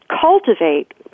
cultivate